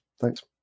Thanks